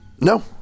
No